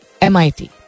MIT